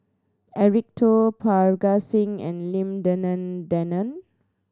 Eric Teo Parga Singh and Lim Denan Denon